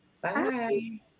Bye